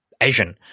Asian